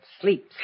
sleep